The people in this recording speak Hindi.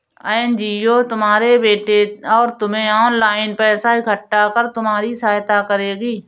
एन.जी.ओ तुम्हारे बेटे और तुम्हें ऑनलाइन पैसा इकट्ठा कर तुम्हारी सहायता करेगी